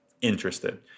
interested